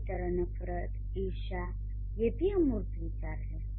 इसी तरह नफरत ईर्ष्या ये भी अमूर्त विचार हैं